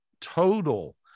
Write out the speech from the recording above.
total